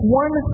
one